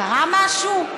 קרה משהו?